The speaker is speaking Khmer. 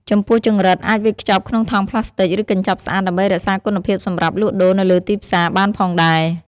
ចំពោះចង្រិតអាចវេចខ្ចប់ក្នុងថង់ប្លាស្ទិក ឬកញ្ចប់ស្អាតដើម្បីរក្សាគុណភាពសម្រាប់លក់ដូរនៅលើទីផ្សារបានផងដែរ។